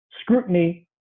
scrutiny